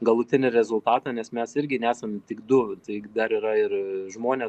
galutinį rezultatą nes mes irgi nesam tik du tai dar yra ir žmonės